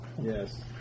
Yes